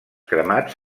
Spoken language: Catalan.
cremats